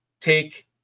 take